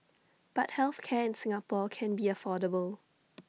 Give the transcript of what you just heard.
but health care in Singapore can be affordable